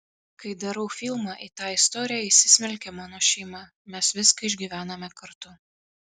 kai darau filmą į tą istoriją įsismelkia mano šeima mes viską išgyvename kartu